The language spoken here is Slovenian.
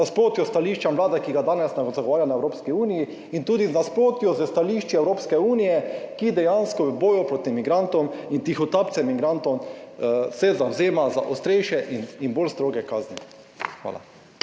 v nasprotju s stališčem Vlade, ki ga danes zagovarja na Evropski uniji in tudi v nasprotju s stališči Evropske unije, ki dejansko v boju proti migrantom in tihotapcem migrantov se zavzema za ostrejše in bolj stroge kazni. Hvala.